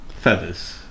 feathers